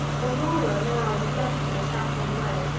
aurora now had left her saffron bed,